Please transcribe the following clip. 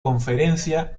conferencia